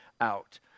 out